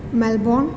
Melbourne